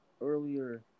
earlier